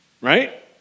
Right